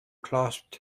clasped